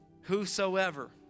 whosoever